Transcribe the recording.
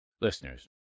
Listeners